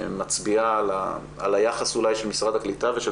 מצביעה על היחס אולי של משרד הקליטה ושל